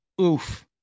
oof